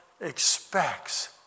expects